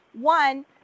one